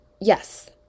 Yes